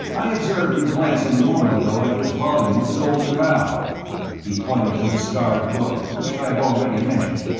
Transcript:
i observed you glancing a moment ago at this volume of the golden bough he pointed to the scarred book which i have already mentioned.